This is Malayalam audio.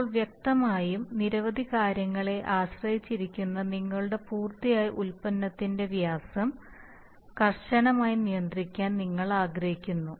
ഇപ്പോൾ വ്യക്തമായും നിരവധി കാര്യങ്ങളെ ആശ്രയിച്ചിരിക്കുന്ന നിങ്ങളുടെ പൂർത്തിയായ ഉൽപ്പന്നത്തിന്റെ വ്യാസം കർശനമായി നിയന്ത്രിക്കാൻ നിങ്ങൾ ആഗ്രഹിക്കുന്നു